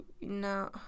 no